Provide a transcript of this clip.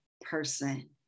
Person